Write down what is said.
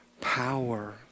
Power